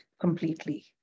completely